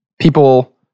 People